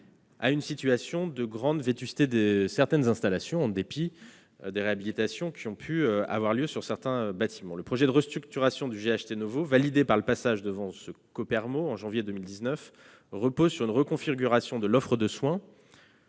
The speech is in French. une situation de grande vétusté de certaines installations en dépit des réhabilitations qui ont pu avoir lieu sur plusieurs bâtiments. Le projet de restructuration du GHT NOVO, validé par le passage devant ce Copermo en janvier 2019, repose sur une reconfiguration de l'offre de soins